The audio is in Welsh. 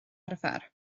arfer